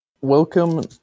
Welcome